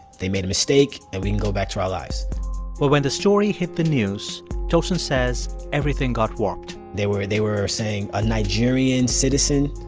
they made a mistake, and we can go back to our lives but when the story hit the news tosin says everything got warped they were they were saying a nigerian citizen,